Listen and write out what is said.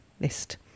list